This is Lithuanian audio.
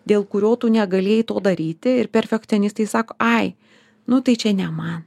dėl kurio tu negalėjai to daryti ir perfekcionistai sako ai nu tai čia ne man